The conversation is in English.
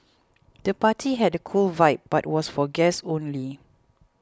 the party had a cool vibe but was for guests only